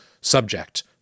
subject